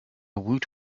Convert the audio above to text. woot